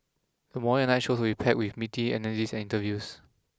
the morning and night shows will be packed with meaty analyses and interviews